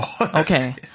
okay